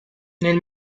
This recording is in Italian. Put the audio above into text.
nel